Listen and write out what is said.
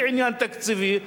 היא עניין תקציבי,